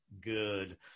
good